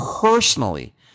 personally